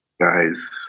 guys